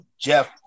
Jeff